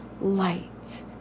light